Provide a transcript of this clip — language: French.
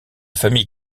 famille